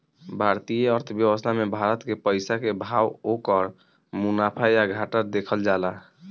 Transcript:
भारतीय अर्थव्यवस्था मे भारत के पइसा के भाव, ओकर मुनाफा या घाटा देखल जाता